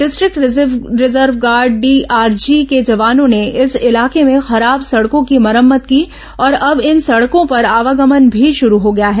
district reserve guard DRG के जवानों ने इस इलाके में खराब सड़कों की मरम्मत की और अब इन सड़कों पर आवागमन भी शुरू हो गया है